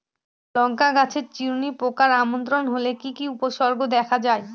লঙ্কা গাছের চিরুনি পোকার আক্রমণ হলে কি কি উপসর্গ দেখা যায়?